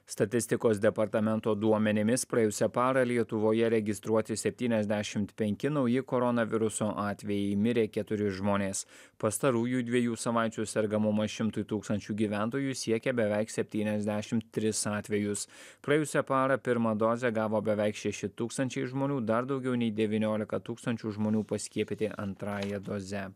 statistikos departamento duomenimis praėjusią parą lietuvoje registruoti septyniasdešimt penki nauji koronaviruso atvejai mirė keturi žmonės pastarųjų dviejų savaičių sergamumas šimtui tūkstančių gyventojų siekia beveik septyniasdešimt tris atvejus praėjusią parą pirmą dozę gavo beveik šeši tūkstančiai žmonių dar daugiau nei devyniolika tūkstančių žmonių paskiepyti antrąja doze